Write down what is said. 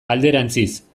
alderantziz